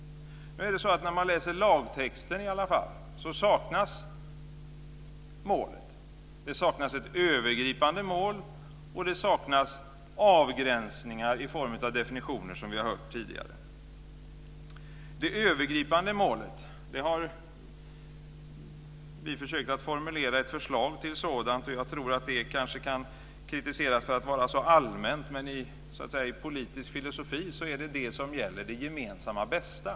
När man läser lagtexten ser man att målet saknas. Det saknas ett övergripande mål, och det saknas avgränsningar i form av definitioner, som vi har hört tidigare. Vi har försökt att formulera ett förslag till det övergripande målet. Det kanske kan kritiseras för att vara för allmänt, men i politisk filosofi så är det som gäller det gemensamma bästa.